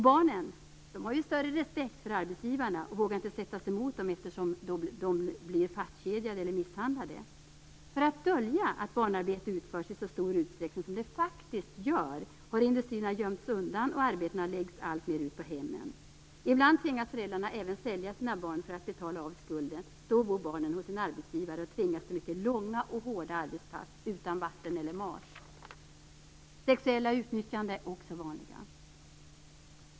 "Barnen har större respekt för arbetsgivarna, och vågar inte sätta sig emot eftersom de då blir fastkedjade, eller misshandlade. För att dölja att barnarbete utförs i så stor utsträckning som det faktiskt gör har industrierna gömts undan, och arbetena läggs alltmer ut i hemmen. Ibland tvingas föräldrarna även sälja sina barn för att betala av skulden. Då bor barnen hos sin arbetsgivare, och tvingas till mycket långa och hårda arbetspass, utan vatten eller mat. Sexuella utnyttjanden är också vanliga."